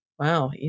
Wow